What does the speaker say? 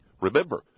remember